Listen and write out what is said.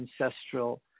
ancestral